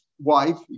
Wife